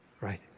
right